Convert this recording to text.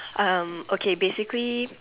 um okay basically